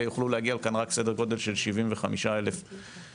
יוכלו להגיע לכאן רק סדר גודל של 75,000 חניכים.